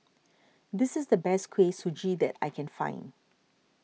this is the best Kuih Suji that I can find